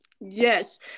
yes